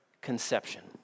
conception